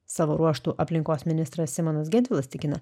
savo ruožtu aplinkos ministras simonas gentvilas tikina